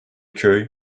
köy